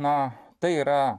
na tai yra